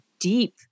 deep